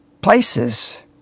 places